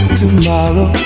tomorrow